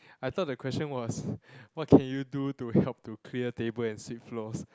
I thought the question was what can you do to help to clear table and sweep floors